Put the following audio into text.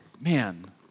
man